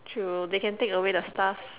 true they can take away the stuff